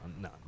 No